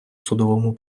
судовому